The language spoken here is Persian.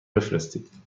بفرستید